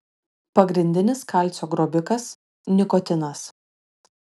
pagrindinis kalcio grobikas nikotinas